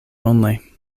only